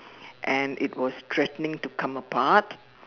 and it was threatening to come apart